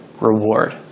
reward